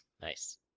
Nice